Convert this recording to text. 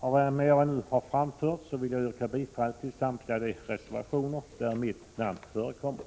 Med vad jag nu har anfört vill jag yrka bifall till samtliga de reservationer där mitt namn förekommer.